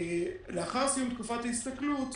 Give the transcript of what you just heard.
לאחר סיום תקופת ההסתכלות,